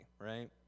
right